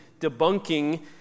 debunking